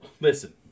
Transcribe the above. Listen